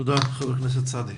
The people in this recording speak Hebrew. תודה, חבר הכנסת סעדי.